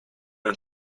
and